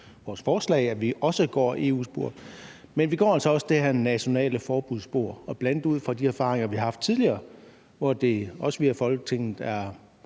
vores forslag, at vi også går ad EU-sporet. Men vi går altså også ad sporet mod et nationalt forbud, bl.a. ud fra de erfaringer, vi har haft fra tidligere, hvor det også via Folketinget har